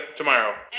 tomorrow